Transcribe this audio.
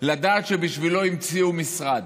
לדעת שבשבילו המציאו משרד?